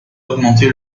augmenté